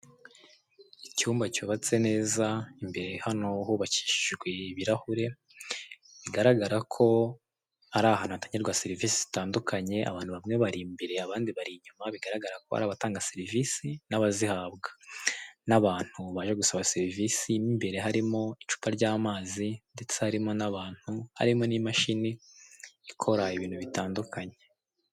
Icyumba cyubatse neza, hano hubakishijwe ibirahure, bigaragare ko ari ahantu hatangirwa serivise zitandukanye. Abantu bamwe bari imbere abandi bari inyuma bigaragara ko ari abatanga serivisi n'abazihabwa, n'abantu baje gusa serivisi. Mu imbere hari icupa ry'amazi ndetse harimo n'abantu , hari n'imashini ikora ibintu bitandukanye.